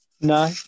No